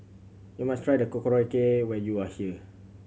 you must try the Korokke when you are here